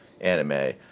anime